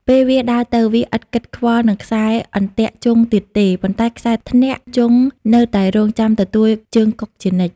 ពេលវាដើរទៅ វាឥតគិតខ្វល់នឹងខ្សែអន្ទាក់ជង់ទៀតទេ ប៉ុន្តែខ្សែធ្នាក់ជង់នៅតែរង់ចាំទទួលជើងកុកជានិច្ច ។